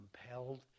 compelled